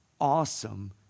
awesome